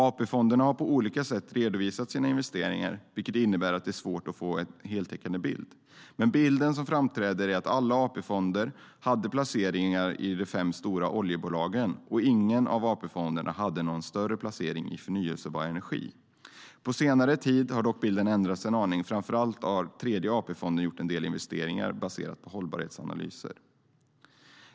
AP-fonderna har olika sätt att redovisa sina investeringar, vilket innebär att det är svårt att få en heltäckande bild. Men den bild som framträder är att alla AP-fonder hade placeringar i de fem stora oljebolagen, och ingen av AP-fonderna hade någon större placering i förnybar energi. På senare tid har dock bilden ändrats en aning. Framför allt har Tredje AP-fonden gjort en del investeringar som baseras på hållbarhetsanalyser.